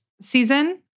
season